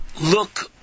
look